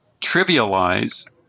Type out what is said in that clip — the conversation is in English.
trivialize